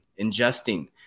ingesting